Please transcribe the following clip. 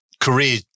career